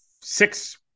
six